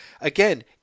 again